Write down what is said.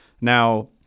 Now